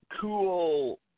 cool